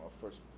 first